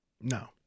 No